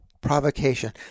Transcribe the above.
provocation